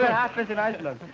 but happens in iceland!